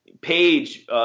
Page